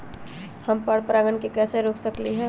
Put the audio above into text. हम पर परागण के कैसे रोक सकली ह?